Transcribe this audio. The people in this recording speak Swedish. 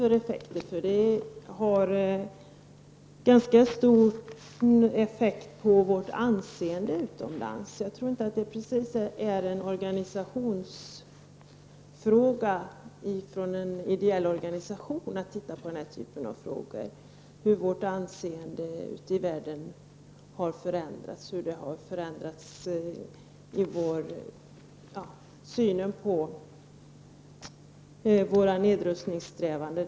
Detta har ganska stor betydelse för vårt anseende utomlands, och jag tycker inte att det skall vara en ideell organisation som skall se på den här typen av frågor, dvs. hur vårt anseende ute i världen har förändrats och synen på våra nedrustningssträvanden.